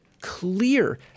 clear